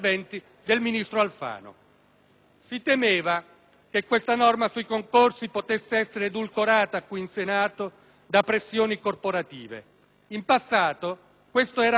Si temeva che la norma sui concorsi potesse essere edulcorata qui in Senato da pressioni corporative. In passato questo era accaduto. Questa volta no,